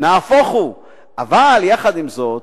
אבל יחד עם זאת,